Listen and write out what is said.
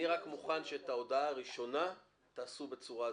אני רק מוכן שאת ההודעה הראשונה תעשו בצורה זו,